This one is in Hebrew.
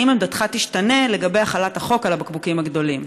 האם עמדתך תשתנה לגבי החלת החוק על הבקבוקים הגדולים?